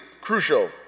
crucial